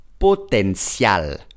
Potencial